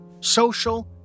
social